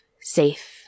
safe